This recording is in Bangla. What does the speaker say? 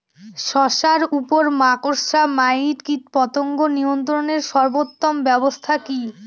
শশার উপর মাকড়সা মাইট কীটপতঙ্গ নিয়ন্ত্রণের সর্বোত্তম ব্যবস্থা কি?